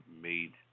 made